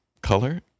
color